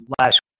last